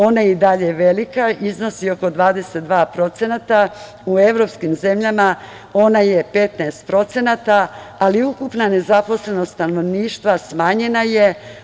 Ona je i dalje velika i iznosi oko 22%, u evropskim zemljama ona je 15%, ali ukupna nezaposlenost stanovništva smanjena je.